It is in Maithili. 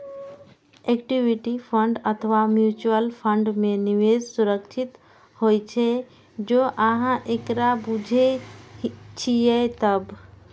इक्विटी फंड अथवा म्यूचुअल फंड मे निवेश सुरक्षित होइ छै, जौं अहां एकरा बूझे छियै तब